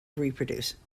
reproduce